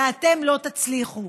ואתם לא תצליחו.